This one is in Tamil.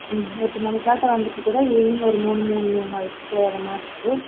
ம் எட்டு மணிக்காட்டாக வந்துவிட்டாக்கூட ஈவினிங் ஒரு மூணு மூணே காலுக்கு போயிடுற மாதிரி இருக்கும்